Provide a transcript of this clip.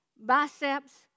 biceps